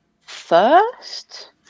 first